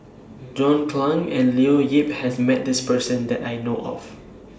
John Clang and Leo Yip has Met This Person that I know of